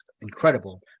incredible